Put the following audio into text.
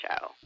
show